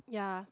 yeah